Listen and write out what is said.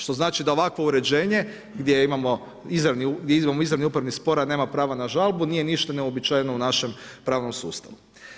Što znači da ovakvo uređenje, gdje imamo izravni upravi spor, a nema prava na žalbu, nije ništa neuobičajeno u našem pravnom sustavu.